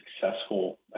successful